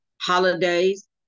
Holidays